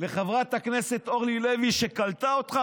לחברת הכנסת אורלי לוי, שקלטה אותך?